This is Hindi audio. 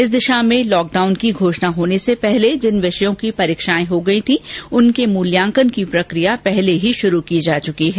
इस दिशा में लॉकडाउन की घोषणा होने से पहले जिन विषयों की परीक्षाएं हो गई थी उनके मूल्यांकन की प्रकिया पहले ही शुरू हो चुकी है